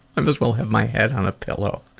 and as well have my head on ah pillow!